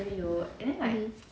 what if like that you know what's that